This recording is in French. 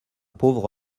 pauvre